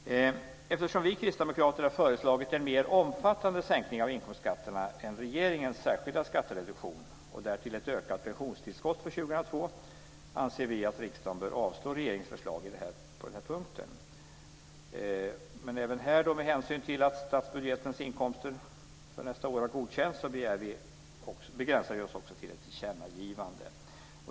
Eftersom vi kristdemokrater har föreslagit en mer omfattande sänkning av inkomstskatterna än regeringens särskilda skattereduktion och därtill ett ökat pensionstillskott för 2002 anser vi att riksdagen bör avslå regeringens förslag på den här punkten. Men med hänsyn till att statsbudgetens inkomster för nästa år har godkänts begränsar vi oss till ett tillkännagivande.